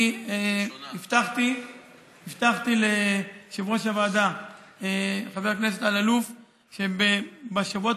אני הבטחתי ליושב-ראש הוועדה חבר הכנסת אלאלוף שבשבועות